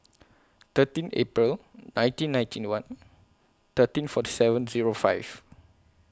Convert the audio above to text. thirteen April nineteen ninety one thirteen forty seven Zero five